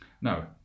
no